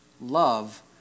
love